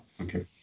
Okay